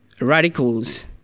radicals